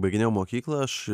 baiginėjau mokyklą aš